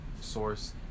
source